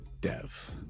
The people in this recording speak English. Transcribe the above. Dev